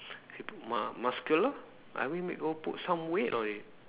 you put mu~ muscular I mean make put some weight or you